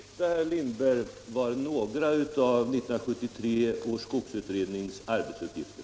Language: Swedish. Fru talman! Detta, herr Lindberg, var några av 1973 års skogsutrednings arbetsuppgifter.